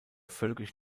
völkisch